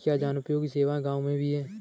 क्या जनोपयोगी सेवा गाँव में भी है?